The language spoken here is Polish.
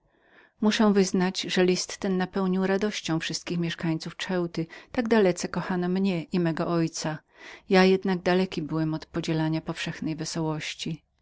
muszę wyznać że list ten napełnił radością wszystkich mieszkańców ceuty tak dalece kochano mnie i mego ojca ja jednak dalekim byłem od podzielania powszechnej wesołości